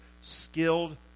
skilled